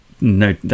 no